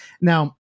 Now